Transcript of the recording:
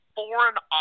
Foreign